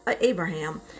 Abraham